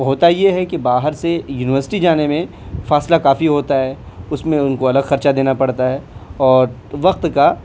ہوتا یہ ہے کہ باہر سے یونیورسٹی جانے میں فاصلہ کافی ہوتا ہے اس میں ان کو الگ خرچہ دینا پڑتا ہے اور وقت کا